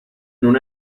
non